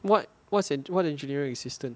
what what's in what engineering assistant